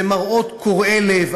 זה מראות קורעי לב,